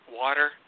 water